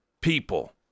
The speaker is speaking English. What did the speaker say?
people